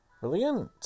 brilliant